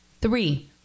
three-